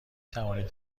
توانید